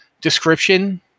description